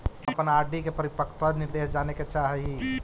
हम अपन आर.डी के परिपक्वता निर्देश जाने के चाह ही